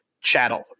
chattel